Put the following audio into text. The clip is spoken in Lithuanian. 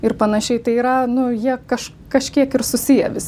ir panašiai tai yra nu jie kaž kažkiek ir susiję visi